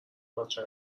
بچه